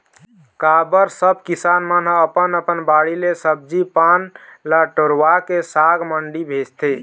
का बर सब किसान मन ह अपन अपन बाड़ी ले सब्जी पान ल टोरवाके साग मंडी भेजथे